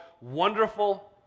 Wonderful